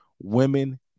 women